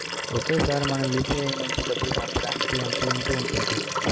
ఒకేసారి మనం యు.పి.ఐ నుంచి డబ్బు పంపడానికి ఎంత లిమిట్ ఉంటుంది?